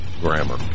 grammar